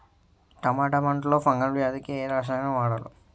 టమాటా పంట లో ఫంగల్ వ్యాధికి ఏ రసాయనం వాడాలి?